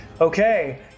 Okay